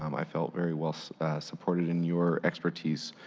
um i felt very well supported in your expertise.